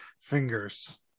fingers